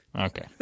Okay